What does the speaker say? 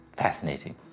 Fascinating